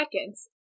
seconds